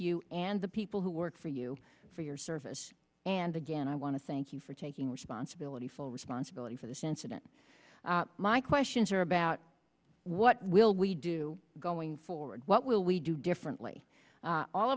you and the people who work for you for your service and again i want to thank you for taking responsibility full responsibility for this incident my questions are about what will we do going forward what will we do differently